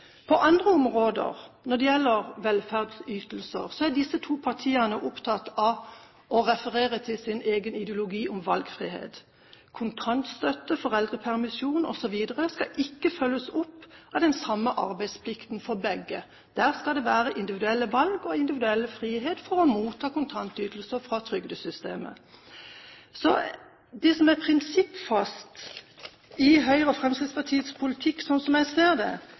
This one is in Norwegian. På andre områder når det gjelder velferdsytelser, er disse to partiene opptatt av å referere til sin egen ideologi om valgfrihet. Kontantstøtte, foreldrepermisjon osv. skal ikke følges opp av den samme arbeidsplikten for begge. Der skal det være individuelle valg og individuell frihet for å motta kontantytelser fra trygdesystemet. Så det som er prinsippfast i Høyres og Fremskrittspartiets politikk, slik jeg ser det,